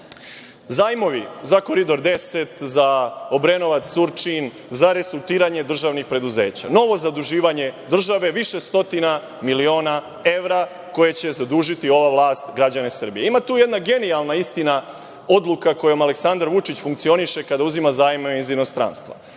Zajmovi za Koridor 10, za Obrenovac, Surčin, za restrukturiranje državnih preduzeća, novo zaduživanje država više stotina miliona evra kojim će zadužiti ova vlast građane Srbije. Ima tu jedna genijalna istina, odluka kojom Aleksandar Vučić funkcioniše kada uzima zajmove iz inostranstva.